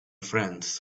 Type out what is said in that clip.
friends